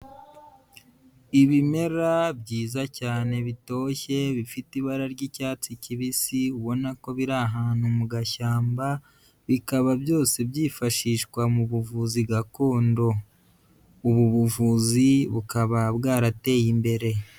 Ibimera byiza cyane bitoshye bifite ibara ry'icyatsi kibisi ubona ko biri ahantu mu gashyamba, bikaba byose byifashishwa mu buvuzi gakondo. Ubu buvuzi bukaba bwarateye imbere.